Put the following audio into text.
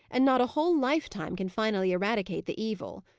and not a whole lifetime can finally eradicate the evil.